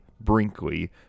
brinkley